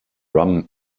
rum